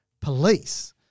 police